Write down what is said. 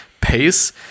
Pace